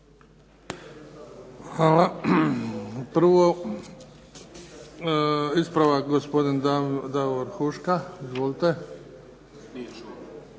Hvala. Prvo, ispravak gospodin Davor Huška. Izvolite. **Huška,